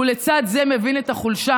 ולצד זה מבין את החולשה.